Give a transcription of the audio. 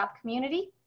community